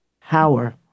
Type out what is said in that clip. power